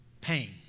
pain